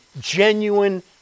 genuine